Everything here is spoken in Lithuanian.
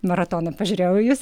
maratoną pažiūrėjau į jus